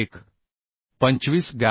So if I put this value I will get 67